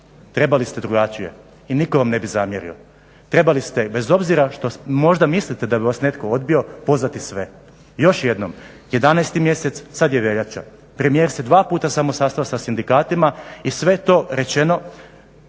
trebali ste drugačije i nitko vam ne bi zamjerio, trebali ste bez obzira što možda mislite da bi vas netko odbio, pozvati sve. Još jednom, 11 mjesec, sada je veljača, premijer se dva puta samo sastao sa sindikatima i sve je to rečeno